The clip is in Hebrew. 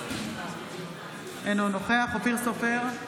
אינו נוכח אופיר סופר,